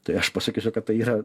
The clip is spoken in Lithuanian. tai aš pasakysiu kad tai yra